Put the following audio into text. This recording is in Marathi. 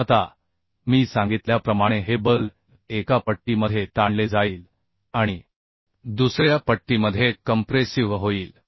आता मी सांगितल्याप्रमाणे हे बल एका पट्टीमध्ये ताणले जाईल आणि दुसऱ्या पट्टीमध्ये कंप्रेसिव्ह होईल